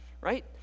Right